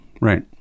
right